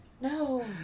No